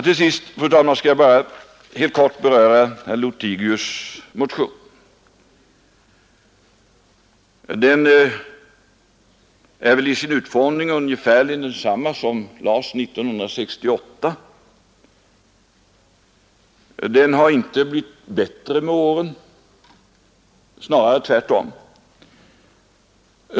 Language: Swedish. Till sist, fru talman, skall jag bara helt kort beröra herr Lothigius” motion. Den är väl i sin utformning ungefär densamma som den som framlades 1968. Den har inte blivit bättre med åren, snarare tvärtom.